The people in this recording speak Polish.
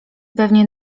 pewnie